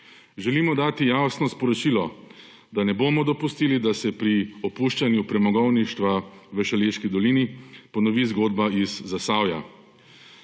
Želimo dati jasno sporočilo, da ne bomo dopustili, da se pri opuščanju premogovništva v Šaleški dolini ponovi zgodba iz Zasavja.